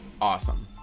awesome